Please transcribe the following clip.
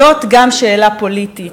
זאת גם שאלה פוליטית,